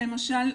שלמשל,